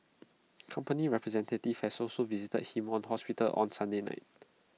company representatives has also visited him on hospital on Sunday night